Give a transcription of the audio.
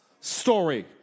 story